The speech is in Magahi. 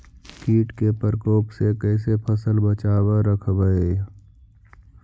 कीट के परकोप से कैसे फसल बचाब रखबय?